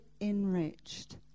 enriched